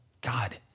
God